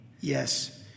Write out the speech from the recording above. Yes